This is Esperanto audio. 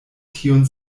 tiun